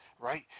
right